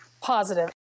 Positive